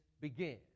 begin